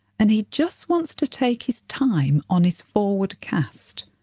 and he just wants to take his time on his forward cast.